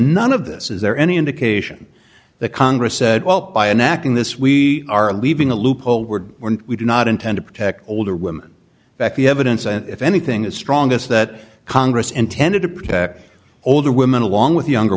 none of this is there any indication that congress said well by enacting this we are leaving a loophole were we do not intend to protect older women that the evidence and if anything is strongest that congress intended to protect older women along with younger